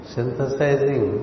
Synthesizing